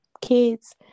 kids